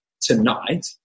tonight